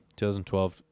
2012